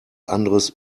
anderes